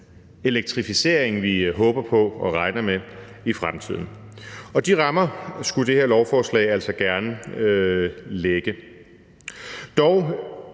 elektrificering, vi håber på og regner med i fremtiden. Og de rammer skulle det her lovforslag altså gerne lægge. Dog